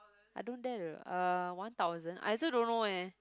I don't dare to uh one thousand I also don't know eh